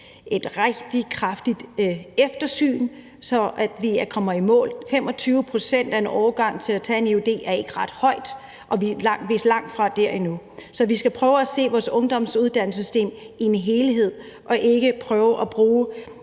et rigtig kraftigt eftersyn, så vi kommer i mål. 25 pct. af en årgang til at tage en eud er ikke ret højt, og vi er vist langt fra det endnu. Så vi skal prøve at se vores ungdomsuddannelsessystem i en helhed og ikke prøve at bruge